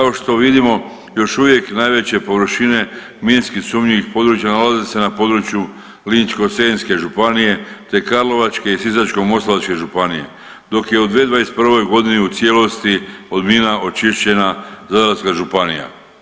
Kao što vidimo još uvijek najveće površine minski sumnjivih područja nalaze se na području Ličko-senjske županije, te Karlovačke i Sisačko-moslavačke županije dok je u 2021. godini u cijelosti od mina očišćena Zadarska županija.